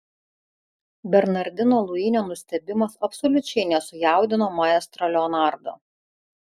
bernardino luinio nustebimas absoliučiai nesujaudino maestro leonardo